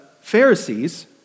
Pharisees